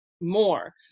more